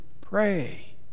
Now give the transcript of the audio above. pray